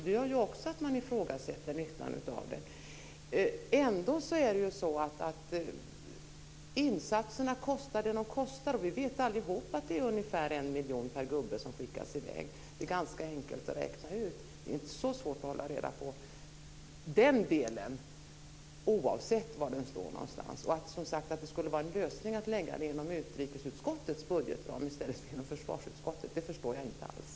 Det gör ju också att man ifrågasätter nyttan av det. Men insatserna kostar vad de kostar, och vi vet allihop att det kostar ungefär 1 miljon kronor per gubbe som skickas i väg. Det är ganska enkelt att räkna ut. Det är inte så svårt att hålla reda på den delen, oavsett var den står någonstans. Och att det skulle vara en lösning att lägga det inom utrikesutskottets budgetram i stället för inom försvarsutskottets budgetram förstår jag inte alls.